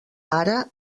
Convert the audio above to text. ara